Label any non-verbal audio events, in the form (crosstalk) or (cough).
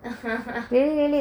(laughs)